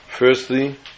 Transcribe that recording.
Firstly